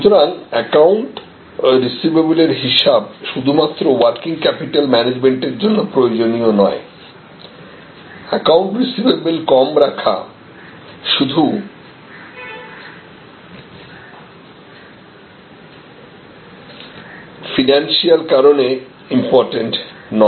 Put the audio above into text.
সুতরাং account receivable এর হিসাব শুধুমাত্র ওয়ার্কিং ক্যাপিটাল ম্যানেজমেন্টের জন্য প্রয়োজনীয় নয় একাউন্ট রিসিভেবল কম রাখা শুধু ফিনান্সিয়াল কারণে ইম্পর্টেন্ট নয়